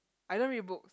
I don't read books